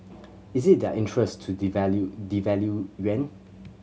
is it their interest to devalue devalue yuan